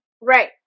Right